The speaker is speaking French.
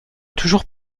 toujours